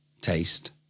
Taste